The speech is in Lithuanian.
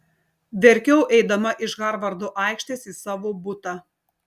verkiau eidama iš harvardo aikštės į savo butą